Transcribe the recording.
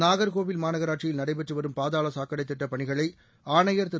நாகர்கோவில் மாநகராட்சியில் நடைபெற்று வரும் பாதாள சாக்கடை திட்டப் பணிகளை ஆணையர் திரு